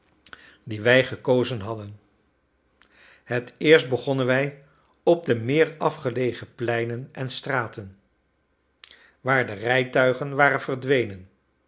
die wij gekozen hadden het eerst begonnen wij op de meer afgelegen pleinen en straten waar de rijtuigen waren verdwenen